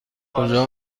کجا